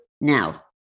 Now